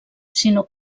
sinó